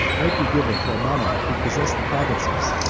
might be given to a monarch who possessed the provinces,